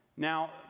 Now